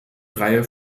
reihe